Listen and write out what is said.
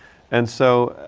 and so,